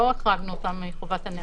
לא החרגנו אותם מחובת הנהלים.